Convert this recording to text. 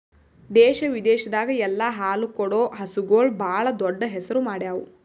ದೇಶ ವಿದೇಶದಾಗ್ ಎಲ್ಲ ಹಾಲು ಕೊಡೋ ಹಸುಗೂಳ್ ಭಾಳ್ ದೊಡ್ಡ್ ಹೆಸರು ಮಾಡ್ಯಾವು